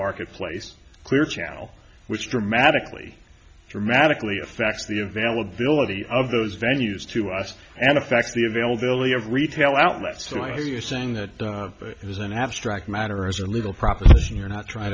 marketplace clear channel which dramatically dramatically affects the availability of those venues to us and affects the availability of retail outlets so i hear you saying that it is an abstract matter as a little proposition or not try